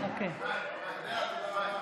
מאי גולן,